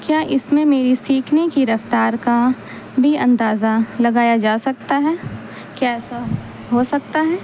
کیا اس میں میری سیکھنے کی رفتار کا بھی اندازہ لگایا جا سکتا ہے کیا ایسا ہو سکتا ہے